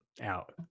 Out